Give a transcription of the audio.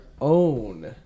own